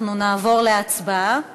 אנחנו נעבור להצבעה